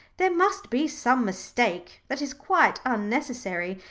there must be some mistake that is quite unnecessary.